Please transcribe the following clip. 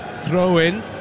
throw-in